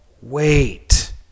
wait